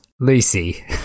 Lucy